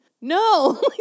no